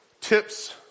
tips